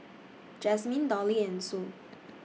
Jazmine Dolly and Sue